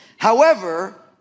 However